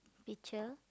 picture